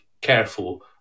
careful